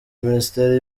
minisiteri